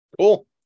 Cool